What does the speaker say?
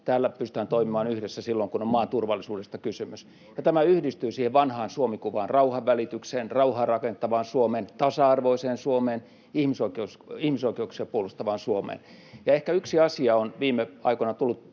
täällä pystytään toimimaan yhdessä silloin, kun on maan turvallisuudesta kysymys, ja tämä yhdistyy siihen vanhaan Suomi-kuvaan — rauhanvälitykseen, rauhaa rakentavaan Suomeen, tasa-arvoiseen Suomeen, ihmisoikeuksia puolustavaan Suomeen. Ja ehkä yksi asia on viime aikoina pantu